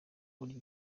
burya